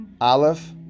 Aleph